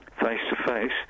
face-to-face